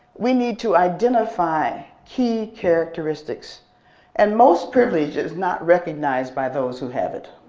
we need to identify key characteristics and most privilege is not recognized by those who have it.